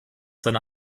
seine